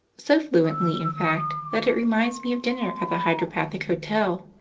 so fluently, in fact, that it reminds me of dinner at the hydropathic hotel.